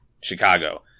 Chicago